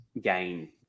gain